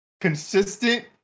consistent